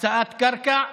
הקצאת קרקע,